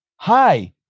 hi